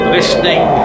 Listening